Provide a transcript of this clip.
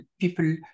people